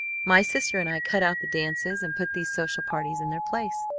my sister and i cut out the dances, and put these social parties in their place.